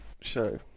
Show